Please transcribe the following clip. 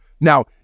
Now